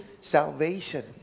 Salvation